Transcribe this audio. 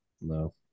no